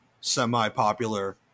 semi-popular